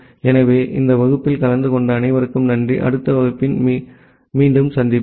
எனவே இந்த வகுப்பில் கலந்து கொண்ட அனைவருக்கும் நன்றி அடுத்த வகுப்பின் போது மீண்டும் சந்திப்போம்